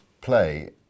play